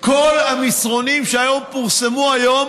כל המסרונים שפורסמו היום